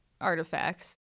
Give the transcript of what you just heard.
artifacts